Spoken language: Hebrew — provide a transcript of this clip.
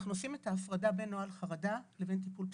אנחנו עושים הפרדה בין נוהל חרדה לבין טיפול פסיכולוגי.